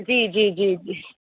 जी जी जी